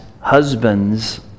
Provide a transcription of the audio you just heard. Husbands